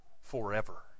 forever